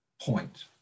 point